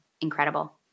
incredible